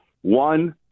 One